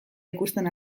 ikusten